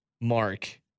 Mark